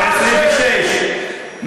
בן 26,